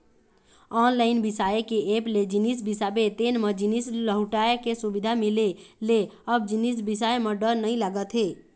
online बिसाए के app ले जिनिस बिसाबे तेन म जिनिस लहुटाय के सुबिधा मिले ले अब जिनिस बिसाए म डर नइ लागत हे